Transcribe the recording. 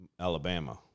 alabama